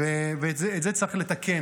את זה צריך לתקן.